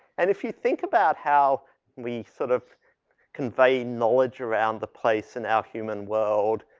and if you think about how we sort of convey knowledge around the place in our human world,